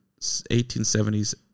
1870s